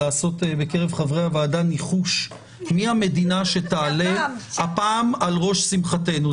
לעשות בקרב חברי הוועדה ניחוש מי המדינה שתעלה הפעם על ראש שמחתנו.